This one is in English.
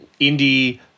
indie